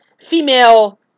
female